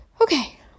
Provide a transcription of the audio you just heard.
Okay